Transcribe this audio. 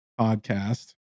podcast